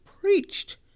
preached